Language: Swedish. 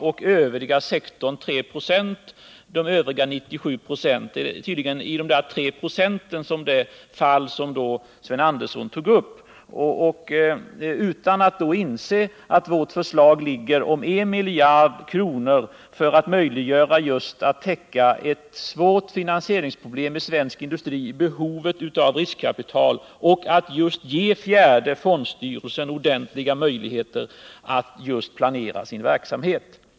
Allt annat upptar endast 3 26. De fall som Sven Andersson tog upp ligger tydligen inom de där tre procenten. De fallen tar han upp utan att ange att vårt förslag ligger på I miljard kronor för att göra det möjligt att täcka ett svårt finansieringsproblem i svensk industri, behovet av riskkapital, och att ge fjärde AP-fondens styrelse ordentliga möjligheter att planera sin verksamhet.